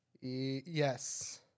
Yes